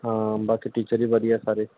ਹਾਂ ਬਾਕੀ ਟੀਚਰ ਵੀ ਵਧੀਆ ਸਾਰੇ